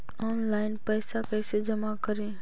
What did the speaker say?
Online पैसा कैसे जमा करे?